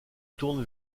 tourne